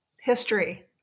history